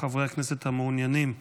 מאת חברי הכנסת מיכל מרים וולדיגר,